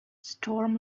storm